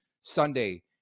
Sunday